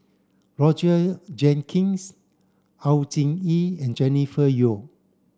Roger Jenkins Au Hing Yee and Jennifer Yeo